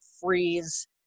freeze